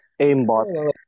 Aimbot